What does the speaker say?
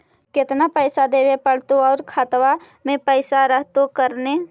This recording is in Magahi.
केतना पैसा देबे पड़तै आउ खातबा में पैसबा रहतै करने?